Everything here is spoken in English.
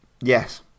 Yes